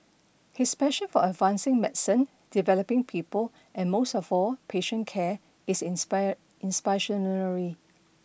his passion for advancing medicine developing people and most of all patient care is inspire inspirational